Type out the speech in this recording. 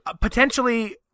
potentially